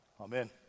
Amen